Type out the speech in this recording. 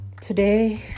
Today